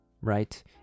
right